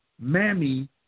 mammy